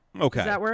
Okay